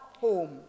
home